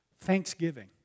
thanksgiving